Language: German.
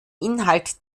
inhalt